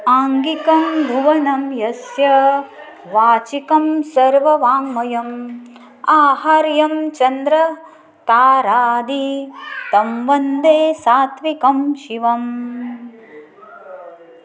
आङ्गिकं भुवनं यस्य वाचिकं सर्ववाङ्मयम् आहार्यं चन्द्रतारादि तम्वन्दे सात्विकं शिवम्